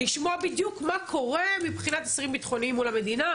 לשמוע בדיוק מה קורה מבחינת אסירים ביטחוניים מול המדינה,